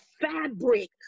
fabric